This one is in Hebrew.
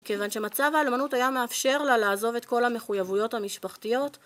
כיוון שמצב האלמנות היה מאפשר לה לעזוב את כל המחויבויות המשפחתיות.